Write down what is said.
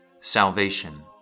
Salvation